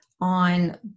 on